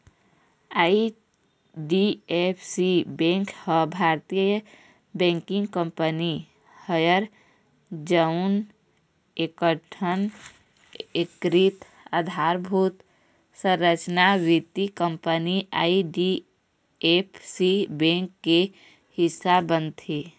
IDFC bank ह भारतीय banking company हरय जउन एकठन एकीकृत अधारभूत संरचना वित्त कंपनी आई.डी.एफ.सी बेंक के हिस्सा बनथे